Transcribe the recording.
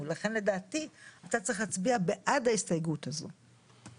תמשיכי בהסתייגות הבאה,